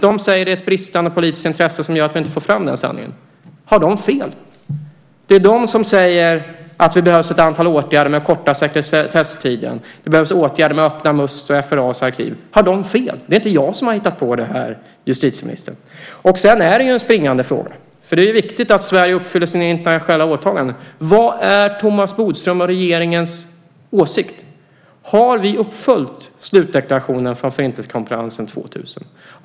De säger att det finns ett bristande politiskt intresse som gör att vi inte får fram den sanningen. Har de fel? Det är de som säger att det behövs en kortare sekretesstid och åtgärder för att öppna Musts och FRA:s arkiv. Har de fel? Det är inte jag som har hittat på det här, justitieministern. Sedan finns det en springande fråga. Det är viktigt att Sverige uppfyller sina internationella åtaganden. Vad är Thomas Bodströms och regeringens åsikt? Har vi uppfyllt slutdeklarationen från Förintelsekonferensen 2000?